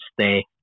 stay